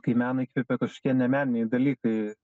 kai meną įkvepia kažkokie ne meniniai dalykai